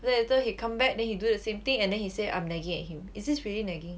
then later he back then he do the same thing and then he say I'm nagging at him is this really nagging